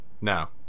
No